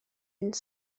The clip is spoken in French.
une